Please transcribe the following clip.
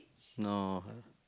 no